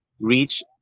reach